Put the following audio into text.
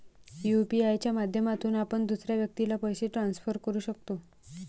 UPI च्या माध्यमातून आपण दुसऱ्या व्यक्तीला पैसे ट्रान्सफर करू शकतो